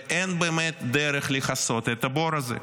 ואין באמת דרך לכסות את הבור הזה.